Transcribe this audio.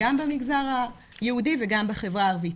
גם במגזר היהודי וגם בחברה הערבית,